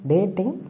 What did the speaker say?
Dating